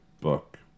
book